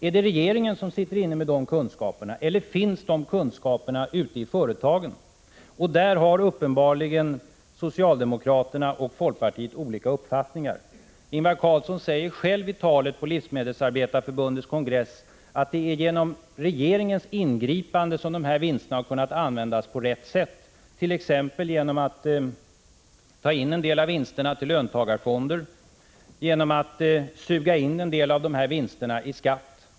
Är det regeringen som sitter inne med de kunskaperna eller finns de kunskaperna ute i företagen? På den punkten har uppenbarligen socialdemokraterna och folkpartiet olika uppfattningar. Ingvar Carlsson sade själv i sitt tal på Svenska livsmedelsarbetareförbundets kongress att det är genom regeringens ingripanden som de här vinsterna har kunnat användas på rätt sätt, t.ex. genom att avsätta en del av vinsterna till löntagarfonder, genom att ”suga in” en del av vinsterna i skatt.